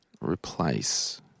replace